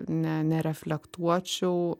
ne nereflektuočiau